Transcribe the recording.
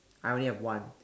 I only have one